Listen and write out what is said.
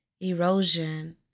Erosion